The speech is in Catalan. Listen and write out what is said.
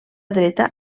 dreta